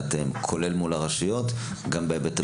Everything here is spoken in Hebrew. כולל מול הרשויות בהיבט הבריאות,